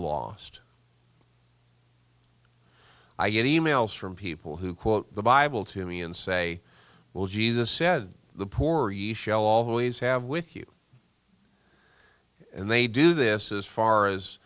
last i get e mails from people who quote the bible to me and say well jesus said the poor ye shall always have with you and they do this as far as